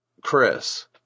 Chris –